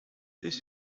this